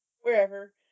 wherever